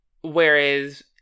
whereas